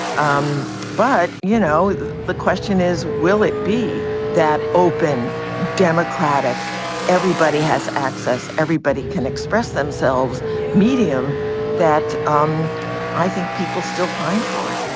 um but you know the question is will it be that open democratic everybody has access. everybody can express themselves medium that um i think people still paying for